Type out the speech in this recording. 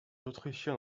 autrichiens